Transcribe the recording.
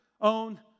own